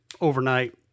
overnight